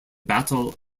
battle